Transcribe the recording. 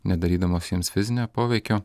nedarydamos jiems fizinio poveikio